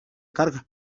carga